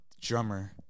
drummer